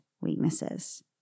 weaknesses